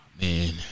Man